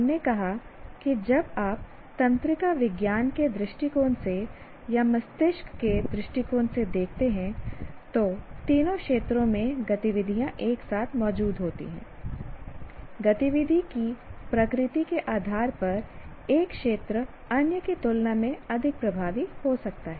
हमने कहा कि जब आप तंत्रिका विज्ञान के दृष्टिकोण से या मस्तिष्क के दृष्टिकोण से देखते हैं तो तीनों क्षेत्रों में गतिविधियां एक साथ मौजूद होती हैं गतिविधि की प्रकृति के आधार पर एक क्षेत्र अन्य की तुलना में अधिक प्रभावी हो सकता है